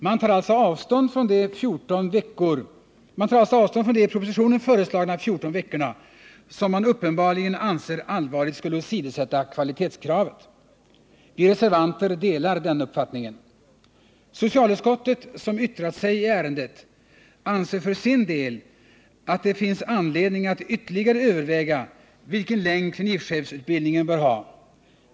Man tar alltså avstånd från de i propositionen föreslagna 14 veckorna, som man uppenbarligen anser allvarligt skulle åsidosätta kvalitetskravet. Vi reservanter delar den uppfatt Socialutskottet, som yttrat sig i ärendet, anser för sin del att det finns anledning att ytterligare överväga vilken längd klinikchefsutbildningen bör ha.